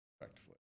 effectively